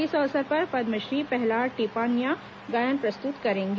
इस अवसर पर पदमश्री प्रहलाद टीपान्या गायन प्रस्तुत करेंगे